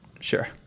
Sure